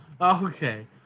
Okay